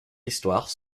histoire